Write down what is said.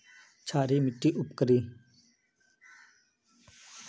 क्षारी मिट्टी उपकारी?